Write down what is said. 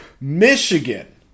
Michigan